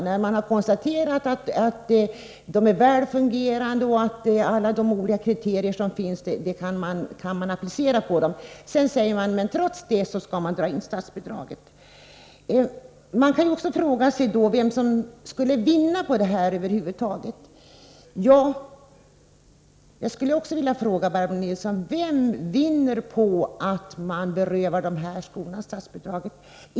När konstaterandet har gjorts att skolorna fungerar väl och att alla olika kriterier kan appliceras på dem sägs det att statsbidraget trots detta skall dras in. Jag skulle vilja fråga Barbro Nilsson: Vem vinner på att dessa skolor berövas statsbidraget?